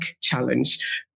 challenge